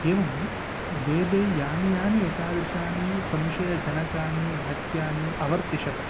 एवं वेदे यानि यानि एतादृशानि संशयजनकानि वाक्यानि अवर्तिषत